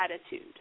attitude